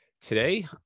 Today